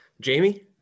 Jamie